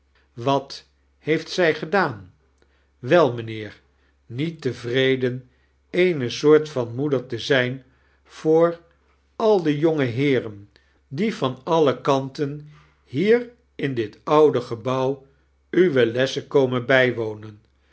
wat heeft zij gedaan wel mijnheer niet tevreden eene soort van moeder te zijn voor al de jonge heeren die van alle kanten hier in dit oude gebouw uwe lessen komen bijwonen